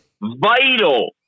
vital